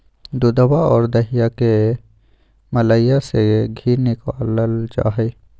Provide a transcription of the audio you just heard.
दूधवा और दहीया के मलईया से धी निकाल्ल जाहई